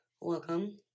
welcome